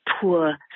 poor